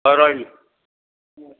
ହଉ ରହିଲି